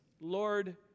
Lord